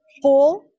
Full